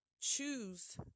choose